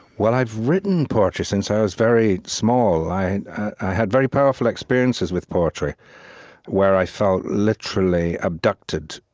well, i've written poetry since i was very small. i had very powerful experiences with poetry where i felt literally abducted,